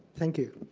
thank you.